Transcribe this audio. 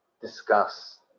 discuss